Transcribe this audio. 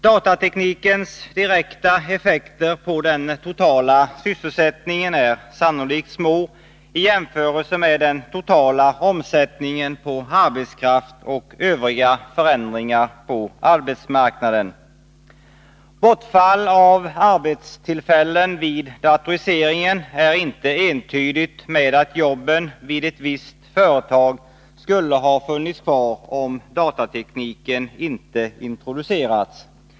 Datateknikens direkta effekter på den totala sysselsättningen är sannolikt små i jämförelse med den totala omsättningen på arbetskraft och övriga förändringar på arbetsmarknaden. Bortfall av arbetstillfällen vid datorisering är inte liktydigt med att jobben vid ett visst företag skulle ha funnits kvar om datatekniken inte introducerats.